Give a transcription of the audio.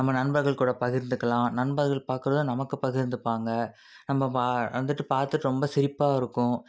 நம்ம நண்பர்கள் கூட பகிர்ந்துக்கலாம் நண்பர்கள் பார்க்குறத நமக்கு பகிர்ந்துப்பாங்க நம்ப வ வந்துட்டு பார்த்துட்டு ரொம்ப சிரிப்பாக இருக்கும்